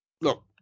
look